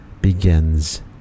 begins